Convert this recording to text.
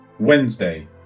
Wednesday